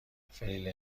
فری